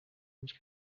ange